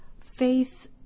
faith